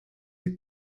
you